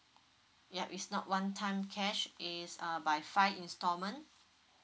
ya it's not one time cash is err by five installment